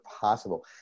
possible